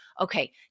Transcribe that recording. okay